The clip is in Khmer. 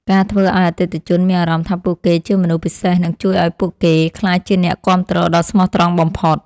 ការធ្វើឱ្យអតិថិជនមានអារម្មណ៍ថាពួកគេជាមនុស្សពិសេសនឹងជួយឱ្យពួកគេក្លាយជាអ្នកគាំទ្រដ៏ស្មោះត្រង់បំផុត។